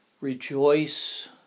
rejoice